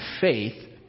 faith